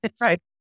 Right